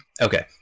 Okay